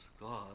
god